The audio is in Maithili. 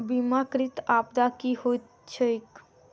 बीमाकृत आपदा की होइत छैक?